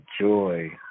joy